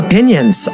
Opinions